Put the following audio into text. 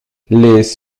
les